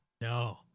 No